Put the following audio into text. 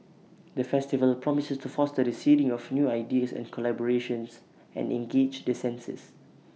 the festival promises to foster the seeding of new ideas and collaborations and engage the senses